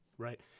Right